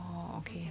oh okay